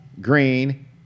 green